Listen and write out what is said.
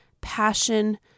passion